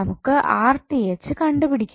നമുക്ക് കണ്ടുപിടിക്കണം